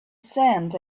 sand